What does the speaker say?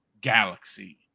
Galaxy